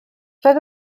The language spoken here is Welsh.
roedd